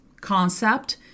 concept